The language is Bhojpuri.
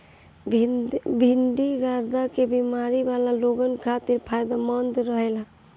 भिन्डी गुर्दा के बेमारी वाला लोगन खातिर फायदमंद रहेला